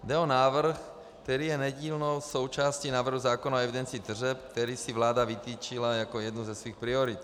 Jde o návrh, který je nedílnou součástí návrhu zákona o evidenci tržeb, který si vláda vytyčila jako jednu ze svých priorit.